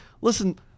Listen